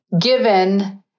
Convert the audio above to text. given